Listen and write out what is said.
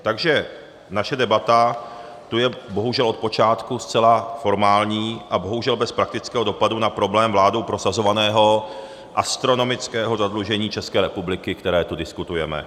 Takže naše debata tu je bohužel od počátku zcela formální a bohužel bez praktického dopadu na problém vládou prosazovaného astronomického zadlužení České republiky, které tu diskutujeme.